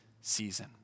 season